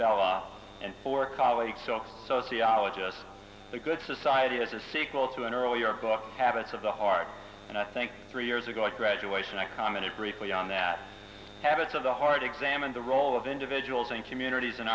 robert and four colleagues so sociologist the good society has a sequel to an earlier book habits of the heart and i think three years ago at graduation i commented briefly on that habits of the heart examine the role of individuals and communities in